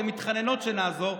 הן מתחננות שנעזור,